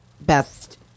best